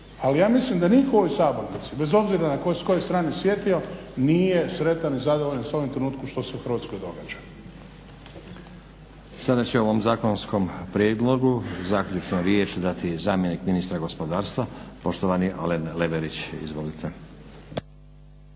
Ali ja mislim da nitko u ovoj sabornici bez obzira s koje strane sjedio nije sretan i zadovoljan sa ovim trenutkom što se u Hrvatskoj događa. **Stazić, Nenad (SDP)** Sada će o ovom zakonskom prijedlogu zaključno riječ dati zamjenik ministra gospodarstva poštovani Alen Leverić. Izvolite.